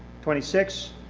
twenty six,